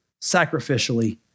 sacrificially